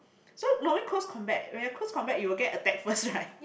so normally close combat when a close combat you will get attack first right